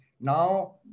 now